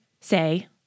say